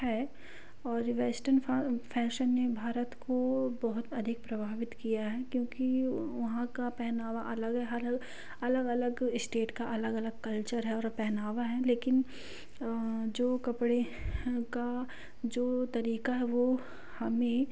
है और western fashion में भारत को बहुत अधिक प्रभावित किया है क्योंकि वहाँ का पहनावा अलग अलग अलग अलग इस्टेट का अलग अलग कल्चर है और पहनावा है लेकिन जो कपड़े का जो तरीक़ा है वो हमें